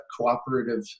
cooperative